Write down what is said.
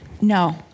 no